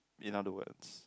in other words